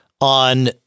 on